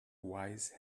wise